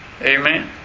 Amen